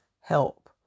help